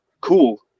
cool